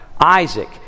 Isaac